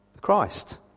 Christ